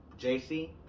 JC